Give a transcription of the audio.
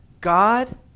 God